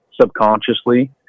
subconsciously